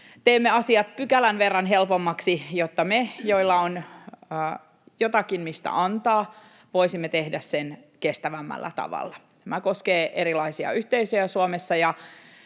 teemme asiat pykälän verran helpommaksi, jotta me, joilla on jotakin mistä antaa, voisimme tehdä sen kestävämmällä tavalla. Tämä koskee erilaisia yhteisöjä Suomessa,